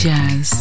Jazz